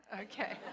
Okay